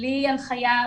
בלי הנחיה,